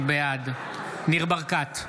בעד ניר ברקת,